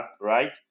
right